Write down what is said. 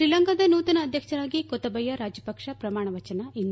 ಶ್ರೀಲಂಕಾದ ನೂತನ ಅಧ್ಯಕ್ಷರಾಗಿ ಕೊತ್ತಬಯ್ಯ ರಾಜಪಕ್ಪ ಪ್ರಮಾಣವಚನ ಇಂದು